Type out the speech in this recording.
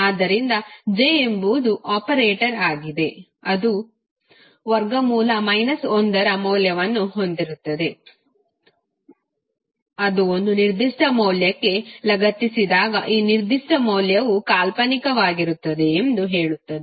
ಆದ್ದರಿಂದ j ಎಂಬುದು operator ಆಗಿದೆ ಅದು 1 ಮೌಲ್ಯವನ್ನು ಹೊಂದಿರುತ್ತದೆ ಅದು ಒಂದು ನಿರ್ದಿಷ್ಟ ಮೌಲ್ಯಕ್ಕೆ ಲಗತ್ತಿಸಿದಾಗ ಈ ನಿರ್ದಿಷ್ಟ ಮೌಲ್ಯವು ಕಾಲ್ಪನಿಕವಾಗುತ್ತದೆ ಎಂದು ಹೇಳುತ್ತದೆ